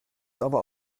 aber